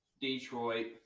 Detroit